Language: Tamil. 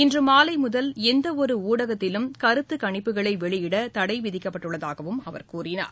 இன்றுமாலைமுதல் எந்தவொருஊடகத்திலும் கருத்துக் கணிப்புகளைவெளியிடதடைவிதிக்கப்பட்டுள்ளதாகவும் அவர் கூறினார்